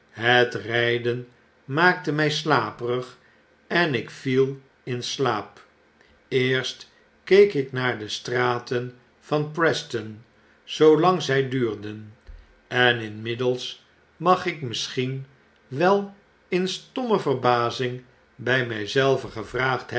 het ryden maakte my slaperig enikvielin slaap eerst keek ik naar de straten van preston zoolang zy duurden en inmiddels mag ik misschien wel in stomme verbazing by my zelven gevraagd